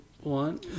one